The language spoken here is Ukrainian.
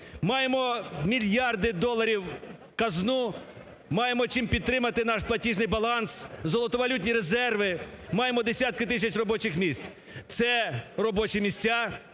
Маємо мільярди доларів в казну, маємо чим підтримати наш платіжний баланс, золотовалютні резерви. Маємо десятки тисяч робочих місць. Це робочі місця,